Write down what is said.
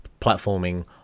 platforming